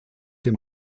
dem